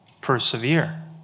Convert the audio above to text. persevere